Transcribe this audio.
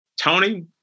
Tony